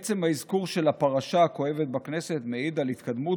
עצם האזכור של הפרשה הכואבת בכנסת מעיד על התקדמות